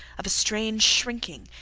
of a strange shrinking,